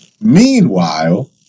Meanwhile